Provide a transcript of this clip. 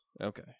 Okay